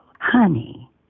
honey